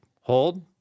hold